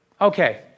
Okay